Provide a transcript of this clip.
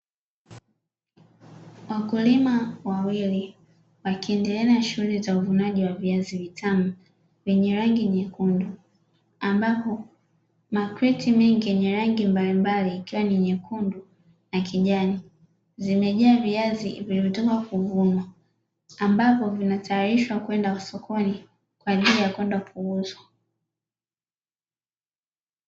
Wakulima wawili wakiendelea na shughuli za uvunaji wa viazi vitamu vyenye rangi nyekundu. Ambapo makreti mengi yenye rangi mbalimbali, ikiwa ni nyekundu na kijani zimejaa viazi vilivyotoka kuvunwa ambavyo vinatayarishwa kwenda sokoni kwa ajili ya kwenda kuuzwa.